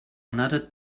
another